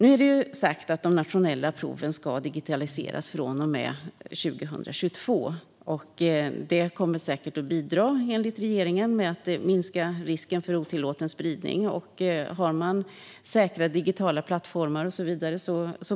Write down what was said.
Nu har man sagt att de nationella proven ska digitaliseras 2022. Det kommer enligt regeringen säkert att bidra till att minska risken för otillåten spridning. Om man har säkra digitala plattformar och så vidare